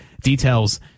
details